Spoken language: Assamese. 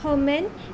হোমেন